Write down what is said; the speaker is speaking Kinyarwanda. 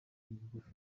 bugufi